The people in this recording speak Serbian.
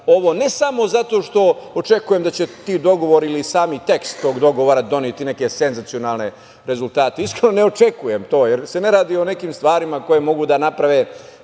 ovo, ne samo zato što očekujem da će ti dogovori ili sami tekst tog dogovora doneti neke senzacionalne rezultate. Iskreno, ne očekujem to, jer se ne radi o nekim stvarima koje mogu da naprave